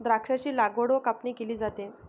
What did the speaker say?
द्राक्षांची लागवड व कापणी केली जाते